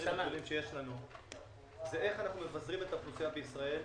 היא איך אנחנו מבזרים את האוכלוסייה בישראל,